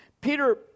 Peter